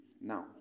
Now